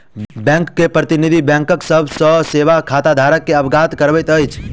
bank के प्रतिनिधि, बैंकक सभ सेवा सॅ खाताधारक के अवगत करबैत अछि